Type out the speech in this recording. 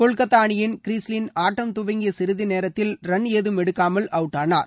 கொல்கத்தா அணியின் கிறிஸ்லீன் ஆட்டம் துவங்கிய சிறிதுநேரத்தில் ரன் ஏதும் எடுக்காமல் அவுட்டானார்